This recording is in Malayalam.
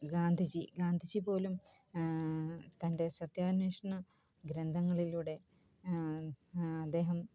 ഗാന്ധിജി ഗാന്ധിജി പോലും തൻ്റെ സത്യാന്വേഷണ ഗ്രന്ഥങ്ങളിലൂടെ അദ്ദേഹം